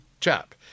chap